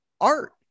art